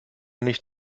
nicht